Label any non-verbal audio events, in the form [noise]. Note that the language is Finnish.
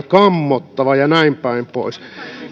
[unintelligible] kammottava ja näinpäin pois